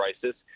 crisis